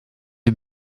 you